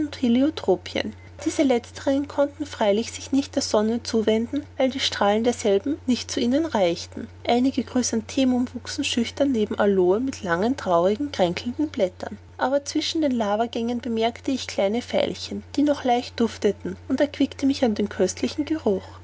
diese letzteren konnten freilich sich nicht der sonne zuwenden weil die strahlen derselben nicht zu ihnen reichten einige chrysanthemum wuchsen schüchtern neben aloe mit langen traurigen und kränkelnden blättern aber zwischen den lavagängen bemerkte ich kleine veilchen die noch leicht dufteten und erquickte mich an dem köstlichen geruch